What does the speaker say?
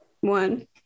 One